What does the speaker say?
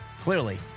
Clearly